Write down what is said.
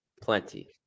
plenty